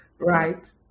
Right